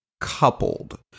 coupled